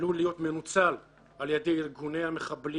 עלולה להיות מנוצלת על ידי ארגוני המחבלים